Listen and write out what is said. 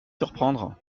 surprendre